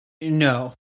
no